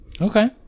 Okay